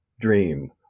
dream